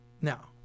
Now